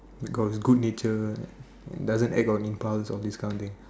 you got you good nature right doesn't act on impulse all this kind of thing